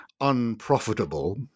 unprofitable